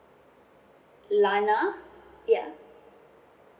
lana ya